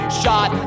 shot